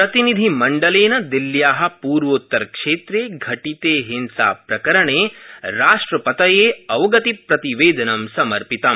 प्रतिनिधिमण्डलेन दिल्ल्या पूर्वोत्तरक्षेत्रे घटिते हिंसाप्रकरणे राष्ट्रपतये अवगति प्रतिवेदनं सपर्षितम